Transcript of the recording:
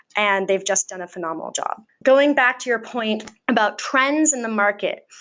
and they've just done a phenomenal job. going back to your point about trends in the market.